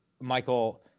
Michael